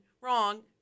Wrong